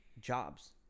jobs